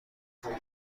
فروش